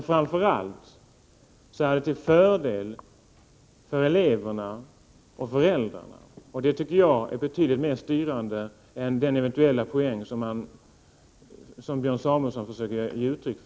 Framför allt är det till fördel för eleverna och föräldrarna, och det tycker jag är betydligt mer styrande än den eventuella poäng som Björn Samuelson försöker vinna.